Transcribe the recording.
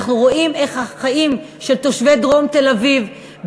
אנחנו רואים את החיים של תושבי דרום תל-אביב,